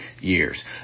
years